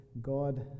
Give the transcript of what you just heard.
God